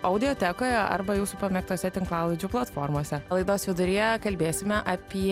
audiotekoje arba jūsų pamėgtose tinklalaidžių platformose laidos viduryje kalbėsime apie